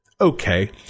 Okay